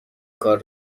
کار